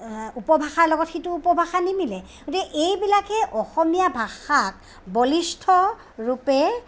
ইটো উপভাষাৰ লগত সিটো উপভাষা নিমিলে গতিকে এইবিলাকে অসমীয়া ভাষাত বলিষ্ঠৰূপে